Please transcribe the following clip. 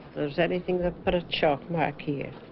there's anything i put a chalk mark here